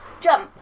jump